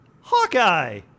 Hawkeye